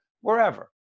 Wherever